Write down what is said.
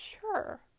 sure